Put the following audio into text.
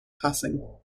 passing